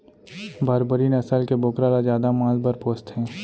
बारबरी नसल के बोकरा ल जादा मांस बर पोसथें